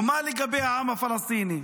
ומה לגבי העם הפלסטיני,